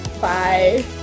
bye